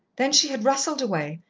then she had rustled away,